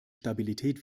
stabilität